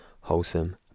wholesome